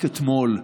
רק אתמול,